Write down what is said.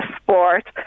sport